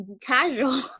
casual